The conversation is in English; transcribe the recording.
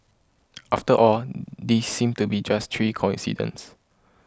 after all these seem to be just three coincidences